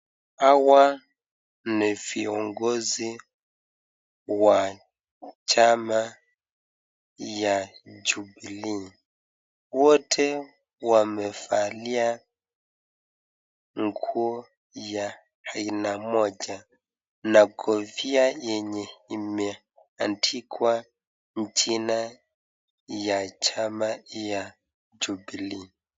Hawa ni viongozi wa chama ya jubilee, wote wamevalia nguo ya aina moja na kofia yenye imeandikwa jina ya chama ya jubilee.